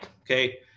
okay